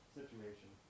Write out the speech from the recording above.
situation